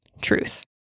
Truth